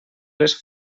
les